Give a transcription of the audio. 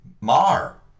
Mar